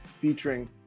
featuring